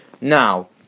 Now